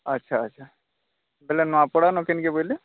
ଆଚ୍ଛା ଆଚ୍ଛା ତାହେଲେ ନୂଆପଡ଼ା ନ କେନ କେ ବୋଇଲେ